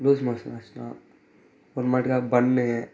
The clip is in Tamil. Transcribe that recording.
லூஸ்மோஷன் ஆச்சுனா அப்புறமேட்டுக்கா பன்னு